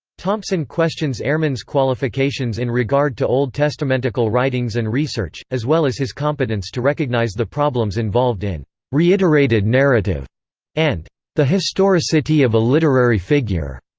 thompson questions ehrman's qualifications in regard to old testamentical writings and research, as well as his competence to recognize the problems involved in reiterated narrative and the historicity of a literary figure,